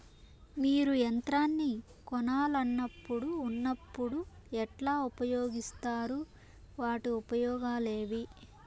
మీరు యంత్రాన్ని కొనాలన్నప్పుడు ఉన్నప్పుడు ఎట్లా ఉపయోగిస్తారు వాటి ఉపయోగాలు ఏవి?